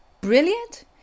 brilliant